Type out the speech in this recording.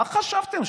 מה חשבתם,